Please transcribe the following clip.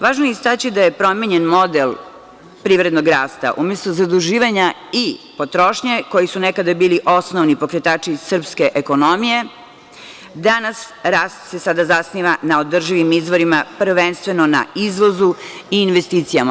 Važno je istaći da je promenjen model privrednog rasta umesto zaduživanja i potrošnje koje su nekada bili osnovni pokretači srpske ekonomije, danas, sada rast se zasniva na održivim izvorima, prvenstveno na izvozu i investicijama.